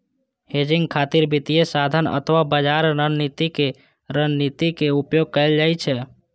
hedging खातिर वित्तीय साधन अथवा बाजार रणनीति के रणनीतिक उपयोग कैल जाइ छै